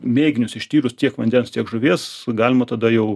mėginius ištyrus tiek vandens tiek žuvies galima tada jau